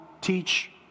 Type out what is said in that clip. teach